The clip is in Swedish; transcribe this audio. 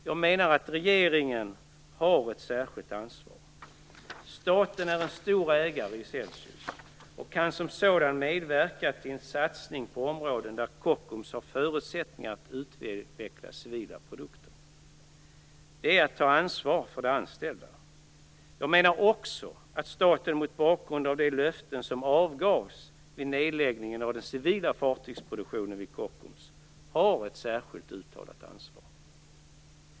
Jag menar att regeringen har ett särskilt ansvar. Staten är en stor ägare i Celsius och kan som sådan medverka till en satsning på områden där Kockums har förutsättningar att utveckla civila produkter. Det är att ta ansvar för de anställda. Jag menar också att staten mot bakgrund av de löften som avgavs vid nedläggningen av den civila fartygsproduktionen vid Kockums har ett särskilt uttalat ansvar.